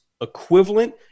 equivalent